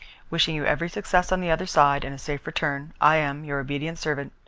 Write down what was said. wishing you every success on the other side, and a safe return, i am, your obedient servant,